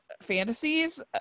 fantasies